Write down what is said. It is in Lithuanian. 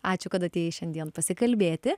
ačiū kad atėjai šiandien pasikalbėti